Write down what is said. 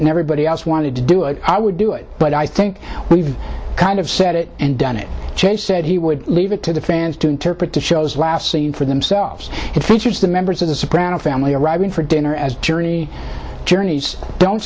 and everybody else wanted to do it i would do it but i think we've kind of said it and done it change said he would leave it to the fans to interpret the show's last scene for themselves it features the members of the soprano family arriving for dinner as journey journeys the don't